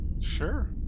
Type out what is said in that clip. sure